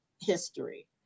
history